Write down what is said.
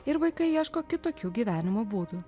ir vaikai ieško kitokių gyvenimo būdų